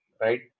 right